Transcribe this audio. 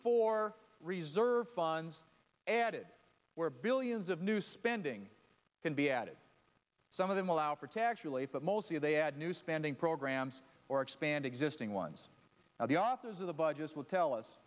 four reserve funds added where billions of new spending can be added some of them allow for to actually but mostly they add new spending programs or expand existing ones now the authors of the budget will tell us